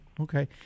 okay